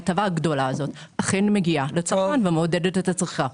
ההטבה הגדולה הזאת אכן מגיעה לצרכן ומעודדת את הצריכה.